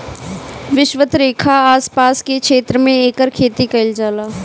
विषवत रेखा के आस पास के क्षेत्र में एकर खेती कईल जाला